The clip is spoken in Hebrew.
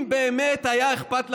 אם באמת היה אכפת לכם,